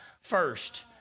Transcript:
first